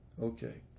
okay